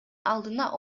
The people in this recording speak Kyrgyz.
алдына